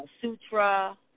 Sutra